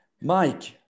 Mike